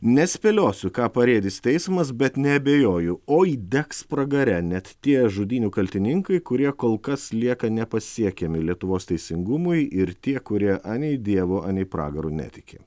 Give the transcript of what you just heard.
nespėliosiu ką parėdys teismas bet neabejoju oi degs pragare net tie žudynių kaltininkai kurie kol kas lieka nepasiekiami lietuvos teisingumui ir tie kurie anei dievo anei pragaru netiki